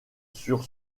sur